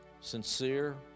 sincere